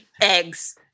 eggs